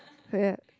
kayak